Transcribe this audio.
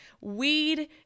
Weed